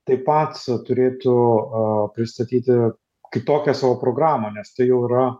taip pat turėtų pristatyti kitokią savo programą nes tai jau yra